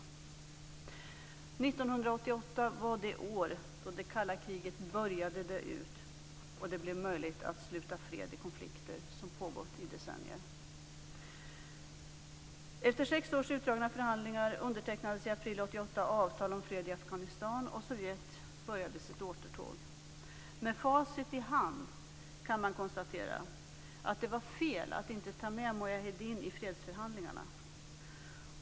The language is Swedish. År 1988 var det år då det kalla kriget började dö ut och det blev möjligt att sluta fred i konflikter som pågått i decennier. Efter sex års utdragna förhandlingar undertecknades i april 1988 avtal om fred i Afghanistan, och Sovjet började sitt återtåg. Med facit i hand kan man konstatera att det var fel att inte ta med Mujaheddin i fredsförhandlingarna.